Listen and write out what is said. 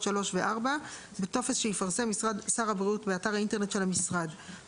אבל אני חושב שזה מאוד ברור ואני גם יודע שזה מה שקורה בארצות הברית.